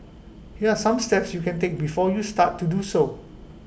here are some steps you can take before you start to do so